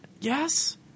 Yes